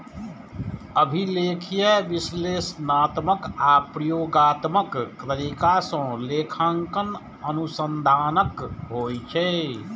अभिलेखीय, विश्लेषणात्मक आ प्रयोगात्मक तरीका सं लेखांकन अनुसंधानक होइ छै